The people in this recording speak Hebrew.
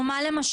כמו מה למשל?